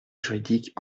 juridiques